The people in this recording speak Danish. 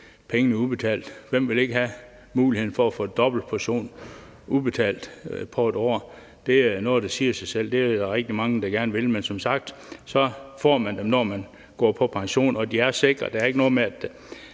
pengene udbetalt. Hvem vil ikke have mulighed for at få en dobbelt portion udbetalt det ene år? Det er noget, der siger sig selv; det er der rigtig mange der gerne vil. Men som sagt får man dem, når man går på pension, og de er sikrede.